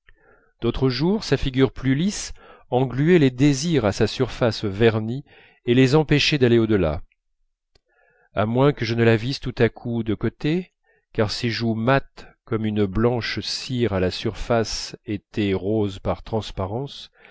d'autres jours sa figure plus lisse engluait les désirs à sa surface vernie et les empêchait d'aller au delà à moins que je ne la visse tout à coup de côté car ses joues mates comme une blanche cire à la surface étaient roses par transparence